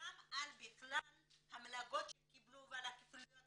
וגם על בכלל המלגות שקיבלו ועל ה --- וכולי,